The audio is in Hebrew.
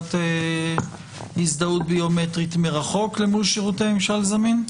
בהפעלת הזדהות ביומטרית מרחוק אל מול שירותי ממשל זמין?